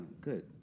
good